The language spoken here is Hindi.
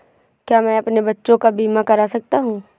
क्या मैं अपने बच्चों का बीमा करा सकता हूँ?